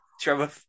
Trevor